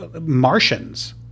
Martians